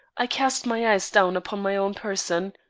i cast my eyes down upon my own person.